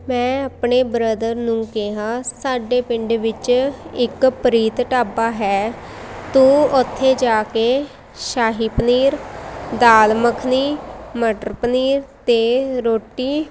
ਮੈਂ ਆਪਣੇ ਬ੍ਰਦਰ ਨੂੰ ਕਿਹਾ ਸਾਡੇ ਪਿੰਡ ਵਿੱਚ ਇੱਕ ਪ੍ਰੀਤ ਢਾਬਾ ਹੈ ਤੂੰ ਉੱਥੇ ਜਾ ਕੇ ਸ਼ਾਹੀ ਪਨੀਰ ਦਾਲ ਮੱਖਣੀ ਮਟਰ ਪਨੀਰ ਅਤੇ ਰੋਟੀ